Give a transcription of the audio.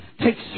takes